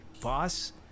boss